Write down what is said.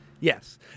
Yes